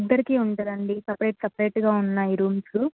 ఇద్దరికీ ఉంటుందండి సెపరేట్ సెపరేట్గా ఉన్నాయి రూమ్స్